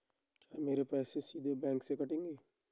क्या मेरे पैसे सीधे बैंक से कटेंगे?